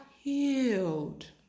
healed